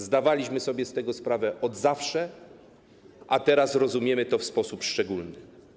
Zdawaliśmy sobie z tego sprawę od zawsze, a teraz rozumiemy to w sposób szczególny.